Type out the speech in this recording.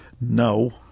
No